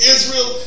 Israel